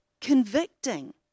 convicting